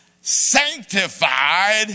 sanctified